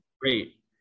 great